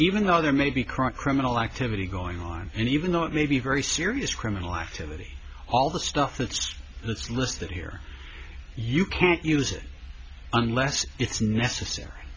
even though there may be current criminal activity going on and even though it may be very serious criminal activity all the stuff that's that's listed here you can't use it unless it's necessary